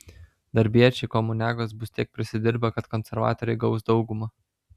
darbiečiai komuniagos bus tiek prisidirbę kad konservatoriai gaus daugumą